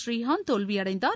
புரீகாந்த் தோல்வியடைந்தார்